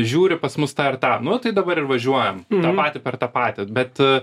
žiūri pas mus tą ir tą nu tai dabar ir važiuojam tą patį per tą patį bet